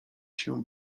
się